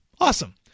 Awesome